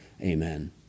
Amen